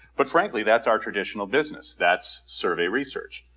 but frankly that's our traditional business, that's survey research.